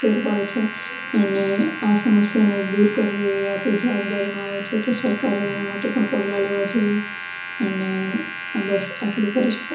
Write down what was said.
ફેર પડે છે અને આ સમસ્યાને દૂર કરવી એ આપણી જવાબદારીમાં આવે છે તો સરકારે એનાં માટે પણ પગલાં લેવાં જોઈએ અને આ બસ આટલું કરી શકાય